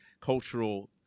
cultural